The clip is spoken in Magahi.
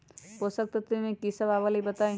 पोषक तत्व म की सब आबलई बताई?